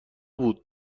بود